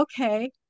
okay